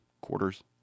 quarters